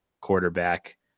quarterback